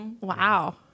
Wow